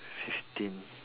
fifteen